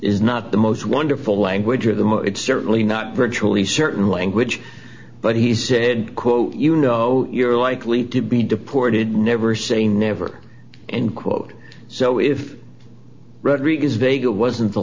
is not the most wonderful language or the it's certainly not virtually certain language but he said quote you know you're likely to be deported never say never and quote so if rodriguez they go wasn't the